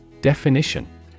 Definition